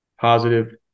positive